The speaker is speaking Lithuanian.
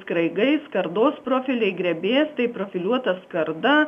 kraigai skardos profiliai grebėstai profiliuota skarda